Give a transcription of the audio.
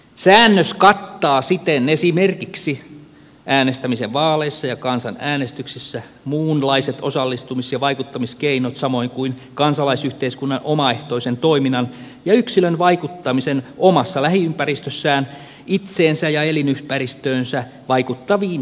säännös kattaa siten esimerkiksi äänestämisen vaaleissa ja kansanäänestyksissä muunlaiset osallistumis ja vaikuttamiskeinot samoin kuin kansalaisyhteiskunnan omaehtoisen toiminnan ja yksilön vaikuttamisen omassa lähiympäristössään itseensä ja elinympäristöönsä vaikuttaviin päätöksiin